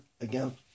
again